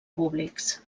públics